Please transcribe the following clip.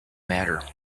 matter